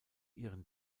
ihren